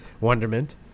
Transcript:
wonderment